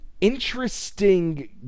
interesting